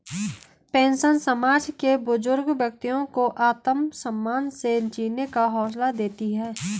pension समाज के बुजुर्ग व्यक्तियों को आत्मसम्मान से जीने का हौसला देती है